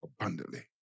abundantly